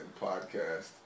podcast